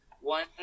one